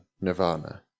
nirvana